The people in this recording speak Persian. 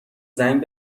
زنگ